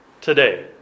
today